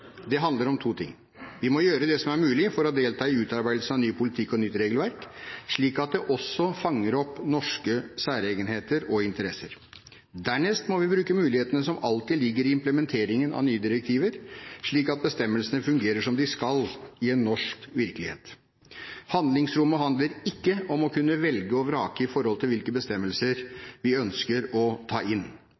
Det handler om to ting: Vi må gjøre det som er mulig for å delta i utarbeidelsen av ny politikk og nytt regelverk, slik at det også fanger opp norske særegenheter og interesser. Dernest må vi bruke mulighetene som alltid ligger i implementeringen av nye direktiver, slik at bestemmelsene fungerer som de skal, i en norsk virkelighet. Handlingsrommet handler ikke om å kunne velge og vrake med hensyn til hvilke bestemmelser vi ønsker å ta inn.